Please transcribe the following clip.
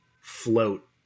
float